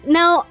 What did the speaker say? Now